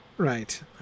Right